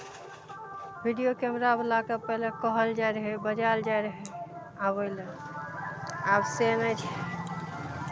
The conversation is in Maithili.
वीडियो कैमरावलाके पहिले कहल जाइ रहै बजायल जाइ रहै आबै लेल आब से नहि छै